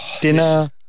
dinner